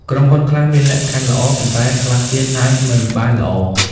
ក្រុមហ៊ុនខ្លះមានលក្ខខណ្ឌល្អ ប៉ុន្តែខ្លះទៀតអាចមិនបានល្អ។